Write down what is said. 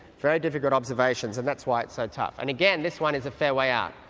very difficult observations and that's why it's so tough. and, again, this one is a fair way out.